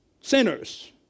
sinners